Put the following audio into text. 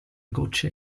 gocce